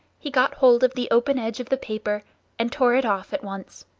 he got hold of the open edge of the paper and tore it off at once.